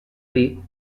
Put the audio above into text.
dir